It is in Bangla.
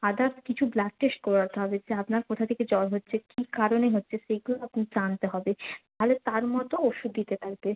আদার্স কিছু ব্লাড টেস্ট করাতে হবে যা আপনার কোথা থেকে জ্বর হচ্ছে কী কারণে হচ্ছে সেগুলো আপনার জানতে হবে তাহলে তার মতো ওষুধ দিতে থাকবে